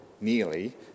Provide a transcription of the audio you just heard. nearly